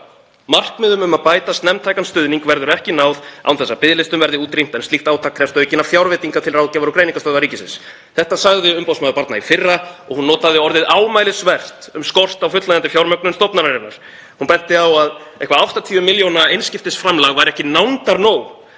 „Markmiðum um að bæta snemmtækan stuðning verður ekki náð án þess að biðlistum verði útrýmt en slíkt átak krefst aukinna fjárveitinga til Greiningar- og ráðgjafarstöðvar ríkisins.“ Þetta sagði umboðsmaður barna í fyrra og hún notaði orðið ámælisvert um skort á fullnægjandi fjármögnun stofnunarinnar. Hún benti á að eitthvert 80 milljóna einskiptisframlag væri ekki nándar nóg